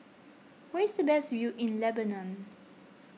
where is the best view in Lebanon